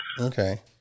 Okay